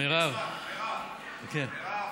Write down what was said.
מרב, מרב, מרב,